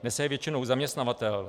Nese je většinou zaměstnavatel.